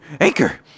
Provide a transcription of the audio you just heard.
Anchor